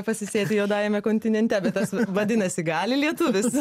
pasisėti juodajame kontinente bet tas vadinasi gali lietuvis